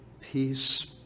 peace